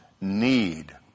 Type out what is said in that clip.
need